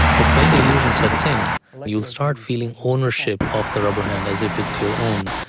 but when the illusion sets in you will start feeling ownership of the rubber hand as if it's your own,